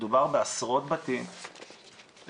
מדובר בעשרות בתים,